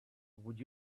would